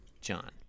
John